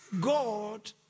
God